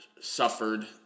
suffered